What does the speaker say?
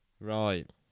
Right